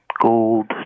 gold